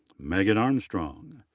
megan armstrong.